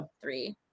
three